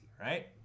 right